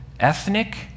ethnic